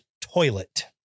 toilet